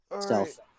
stealth